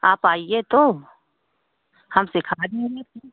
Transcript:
आप आइए तो हम सिखा देंगे फिर